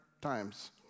times